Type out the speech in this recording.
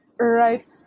right